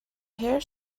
hare